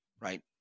right